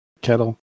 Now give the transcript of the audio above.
Kettle